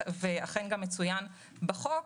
ואכן גם מצוין בחוק,